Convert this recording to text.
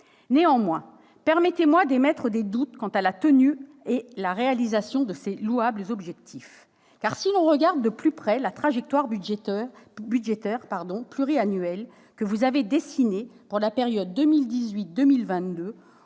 la ministre, permettez-moi d'émettre des doutes quant à la réalisation de ces louables objectifs. Si l'on regarde de plus près la trajectoire budgétaire pluriannuelle que vous avez dessinée pour la période 2018-2022,